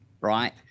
right